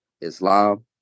Islam